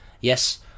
Yes